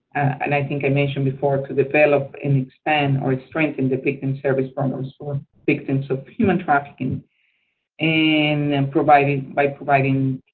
and i think i mentioned before, to develop and expand or strengthen the victim service programs for victims of human trafficking and and provided by providing